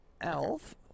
elf